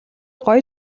гоё